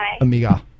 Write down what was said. amiga